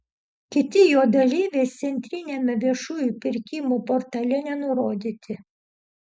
kiti jo dalyviai centriniame viešųjų pirkimų portale nenurodyti